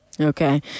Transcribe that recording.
Okay